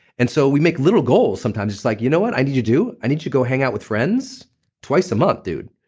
and so we make little goals sometimes. it's like, you know what i need you to do? i need you to go hang out with friends twice a month, dude.